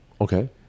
okay